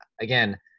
again